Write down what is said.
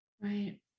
right